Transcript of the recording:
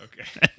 okay